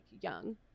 young